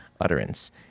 utterance